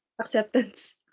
acceptance